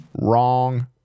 Wrong